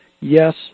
yes